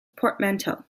portmanteau